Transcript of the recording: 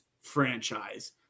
franchise